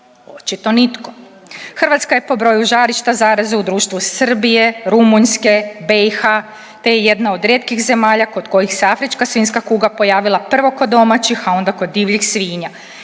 Očito nitko. Hrvatska je po broju žarišta zaraze u društvu Srbije Rumunjske, BiH te je jedna od rijetkih zemalja kod kojoj se afrička svinjska kuga pojavila prvo kod domaćih, a onda kod divljih svinja.